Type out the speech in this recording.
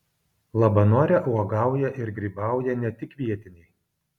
labanore uogauja ir grybauja ne tik vietiniai